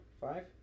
five